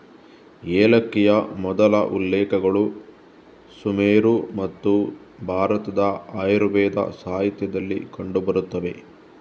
ಏಲಕ್ಕಿಯ ಮೊದಲ ಉಲ್ಲೇಖಗಳು ಸುಮೇರು ಮತ್ತು ಭಾರತದ ಆಯುರ್ವೇದ ಸಾಹಿತ್ಯದಲ್ಲಿ ಕಂಡು ಬರುತ್ತವೆ